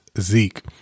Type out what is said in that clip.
zeke